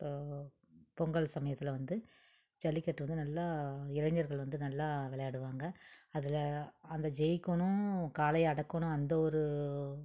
இப்போ பொங்கல் சமயத்தில் வந்து ஜல்லிக்கட்டு வந்து நல்லா இளைஞர்கள் வந்து நல்லா விளையாடுவாங்க அதில் அந்த ஜெயிக்கணும் காளையை அடக்கணும் அந்த ஒரு